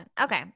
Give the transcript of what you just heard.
Okay